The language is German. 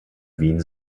wien